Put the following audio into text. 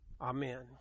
Amen